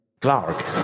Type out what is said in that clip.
Clark